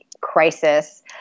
crisis